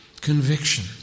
conviction